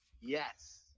Yes